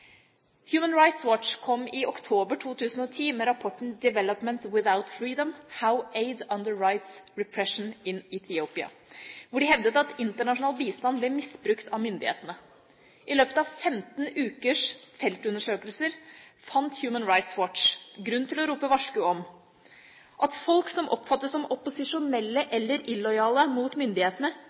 Human Rights Watch kom i oktober 2010 med rapporten «Development without Freedom: How Aid Underwrites Repression in Ethiopia». Der hevdet man at internasjonal bistand ble misbrukt av myndighetene. I løpet av 15 ukers feltundersøkelser fant Human Rights Watch grunn til å rope et varsku om følgende: Folk som oppfattes som opposisjonelle eller illojale mot myndighetene,